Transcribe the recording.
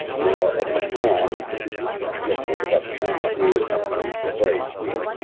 now, at the time, this is you have to think about the time to the place. i mean,